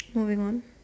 moving on